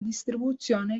distribuzione